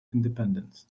independence